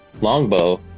longbow